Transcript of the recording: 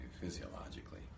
physiologically